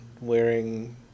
wearing